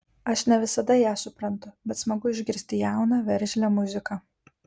aš ne visada ją suprantu bet smagu išgirsti jauną veržlią muziką